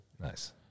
nice